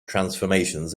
transformations